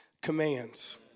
commands